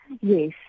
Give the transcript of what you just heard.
Yes